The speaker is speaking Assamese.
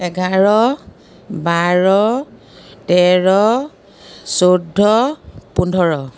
এঘাৰ বাৰ তেৰ চৌধ্য পোন্ধৰ